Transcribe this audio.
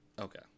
Okay